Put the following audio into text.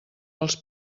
els